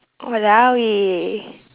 oh !walao! eh